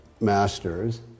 masters